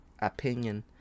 Opinion